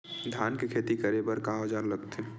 धान के खेती करे बर का औजार लगथे?